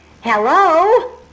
hello